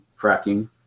fracking